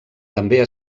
també